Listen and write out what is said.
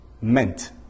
meant